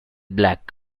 black